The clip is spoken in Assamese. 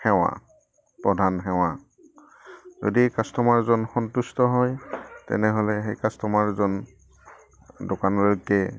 সেৱা প্ৰধান সেৱা যদি কাষ্টমাৰজন সন্তুষ্ট হয় তেনেহ'লে সেই কাষ্টমাৰজন দোকানলৈকে